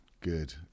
Good